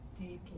deeply